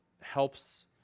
helps